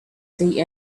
say